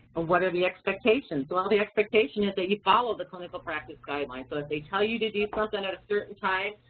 what are the expectations? well the expectation is that you follow the clinical practice guidelines. so if they tell you to do something at a certain time,